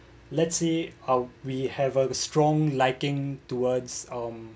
let's see how we have a strong liking towards um